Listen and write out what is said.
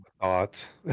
thoughts